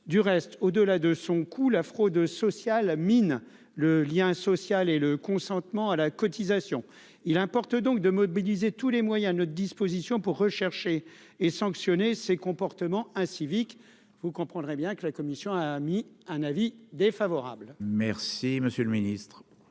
du reste, au delà de son coût, la fraude sociale mine le lien social et le consentement à la cotisation il importe donc de mobiliser tous les moyens ne disposition pour rechercher et sanctionner ces comportements inciviques, vous comprendrez bien que la commission a mis un avis défavorable. Merci, monsieur le Ministre.